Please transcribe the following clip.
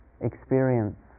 experience